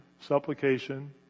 supplication